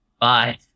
Bye